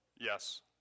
Yes